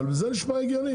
אבל זה נשמע הגיוני,